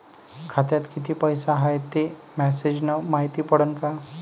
खात्यात किती पैसा हाय ते मेसेज न मायती पडन का?